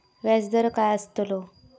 व्याज दर काय आस्तलो?